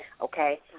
okay